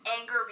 anger